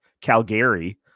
Calgary